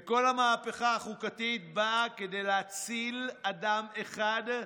כל המהפכה החוקתית באה כדי להציל אדם אחד,